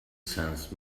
sensed